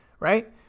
right